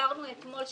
דיברנו אתמול על זה